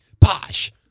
posh